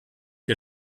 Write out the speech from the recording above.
der